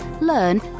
learn